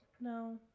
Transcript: No